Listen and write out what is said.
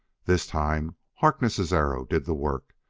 this time harkness' arrow did the work,